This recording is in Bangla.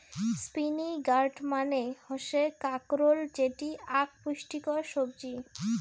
স্পিনই গার্ড মানে হসে কাঁকরোল যেটি আক পুষ্টিকর সবজি